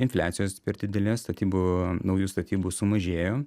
infliacijos per didelės statybų naujų statybų sumažėjo